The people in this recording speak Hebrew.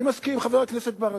אני מסכים עם חבר הכנסת ברכה,